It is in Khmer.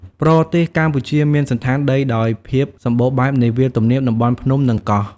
ប្រទេសកម្ពុជាមានសណ្ឋានដីដោយភាពសម្បូរបែបនៃវាលទំនាប តំបន់ភ្នំ និងកោះ។